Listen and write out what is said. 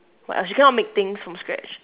what else she cannot make things from scratch